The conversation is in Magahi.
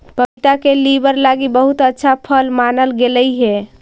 पपीता के लीवर लागी बहुत अच्छा फल मानल गेलई हे